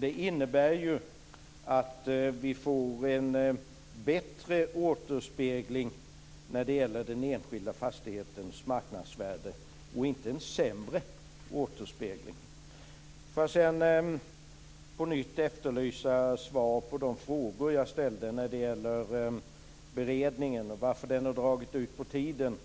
Det innebär en bättre återspegling av den enskilda fastighetens marknadsvärde och inte en sämre. Sedan vill jag på nytt efterlysa svar på de frågor jag ställde om varför beredningen har dragit ut på tiden